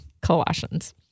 Colossians